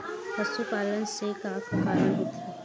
पशुपालन से का का कारण होथे?